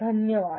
धन्यवाद